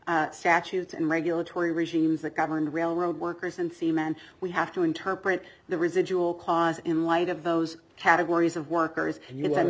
statutes and regulatory regimes that govern railroad workers and seamen we have to interpret the residual clause in light of those categories of workers and